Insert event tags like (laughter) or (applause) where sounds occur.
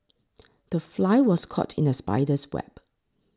(noise) the fly was caught in the spider's web